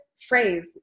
phrase